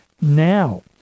now